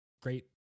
great